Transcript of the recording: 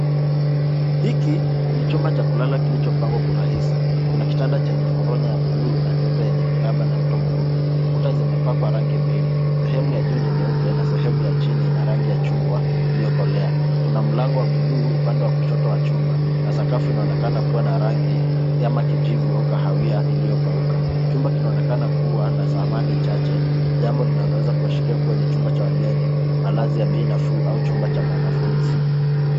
Hili ni chumba cha kulala kilichopangwa kwa urahisi. Kuna kitanda Chenye foronya ya buluu na nyeupe yenye miraba na mto mweupe. Kuta zimepakwa rangi mbili sehemu ya juu ni nyeupe, na sehemu ya chini ina rangi ya chungwa iliyokolea. Kuna mlango wa buluu upande wa kushoto wa chumba na sakafu inaonekana kuwa na rangi ya kijivu au kahawia iliyopauka. Chumba kinaonekana kuwa na samani chache jambo linaloweza kuashiria kuwa ni chumba cha wageni malazi ya bei nafuu au chumba cha mwanafunzi.